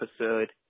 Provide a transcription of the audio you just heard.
episode